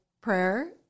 prayer